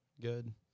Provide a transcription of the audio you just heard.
Good